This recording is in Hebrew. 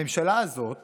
הממשלה הזאת